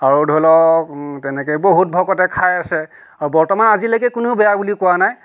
আৰু ধৰি লওক তেনেকৈয়ে বহুত ভকতে খাই আছে আৰু বৰ্তমান আজিলৈকে কোনেও বেয়া বুলি কোৱা নাই